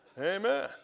Amen